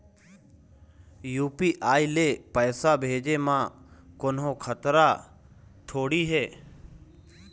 UPI ले पैसे भेजे म कोन्हो खतरा थोड़ी हे?